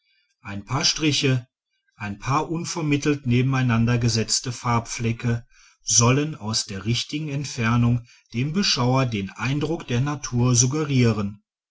ein paar striche ein paar unvermittelt nebeneinandergesetzte farbenflecke sollen aus der richtigen entfernung dem beschauer den eindruck der natur suggerieren